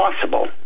possible